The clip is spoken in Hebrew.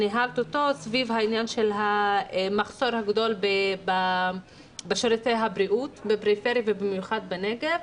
בנושא המחסור בשירותי בריאות בפריפריה ובמיוחד בנגב,